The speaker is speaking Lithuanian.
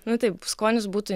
nu taip skonis būtų